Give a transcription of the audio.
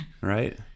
right